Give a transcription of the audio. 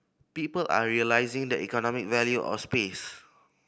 people are realising the economic value of space